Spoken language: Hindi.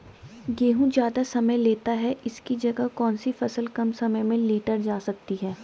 गेहूँ ज़्यादा समय लेता है इसकी जगह कौन सी फसल कम समय में लीटर जा सकती है?